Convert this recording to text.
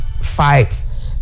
fights